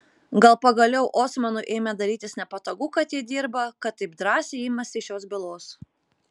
gal pagaliau osmanui ėmė darytis nepatogu kad ji dirba kad taip drąsiai imasi šios bylos